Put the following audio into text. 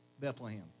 Bethlehem